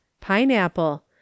Pineapple